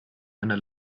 einer